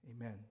amen